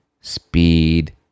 speed